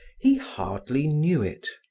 he hardly knew it.